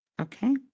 Okay